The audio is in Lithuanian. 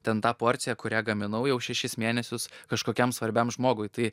ten tą porciją kurią gaminau jau šešis mėnesius kažkokiam svarbiam žmogui tai